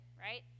right